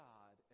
God